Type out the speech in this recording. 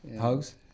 hugs